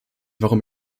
warum